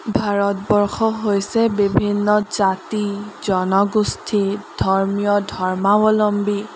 ভাৰতবৰ্ষ হৈছে বিভিন্ন জাতি জনগোষ্ঠী ধৰ্মীয় ধৰ্মাৱলম্বী